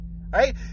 right